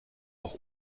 auch